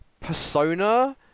Persona